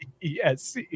Yes